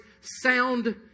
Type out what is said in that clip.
sound